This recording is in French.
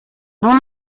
bon